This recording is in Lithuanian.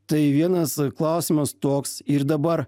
tai vienas klausimas toks ir dabar